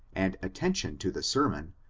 and atten tion to the sermon,